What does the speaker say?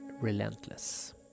relentless